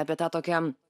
apie tą tokiam